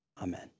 Amen